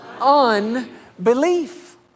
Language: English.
Unbelief